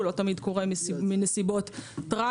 לא תמיד הוא קורה מסיבות טרגיות.